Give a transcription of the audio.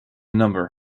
number